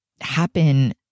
happen